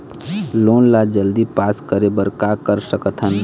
Loan ला जल्दी pass करे बर का कर सकथन?